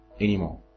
anymore